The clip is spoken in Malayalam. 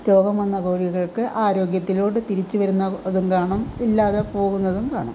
രോഗം വന്ന കോഴികൾക്ക് ആരോഗ്യത്തുലൂടെ തിരിച്ചു വരുന്ന ഇതും കാണും ഇല്ലാതെ പോകുന്നതും കാണും